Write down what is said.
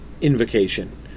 invocation